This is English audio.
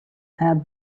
had